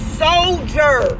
soldier